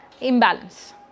imbalance